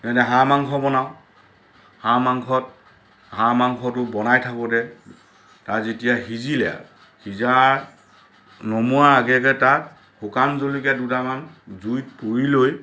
যেনে হাঁহ মাংস বনাওঁ হাঁহ মাংসত হাঁহ মাংসটো বনাই থাকোঁতে তাৰ যেতিয়া সিজিলে আৰু সিজাৰ নমোৱাৰ আগে আগে তাত শুকান জলকীয়া দুটামান জুইত পুৰি লৈ